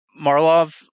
Marlov